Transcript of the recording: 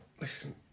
listen